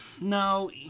No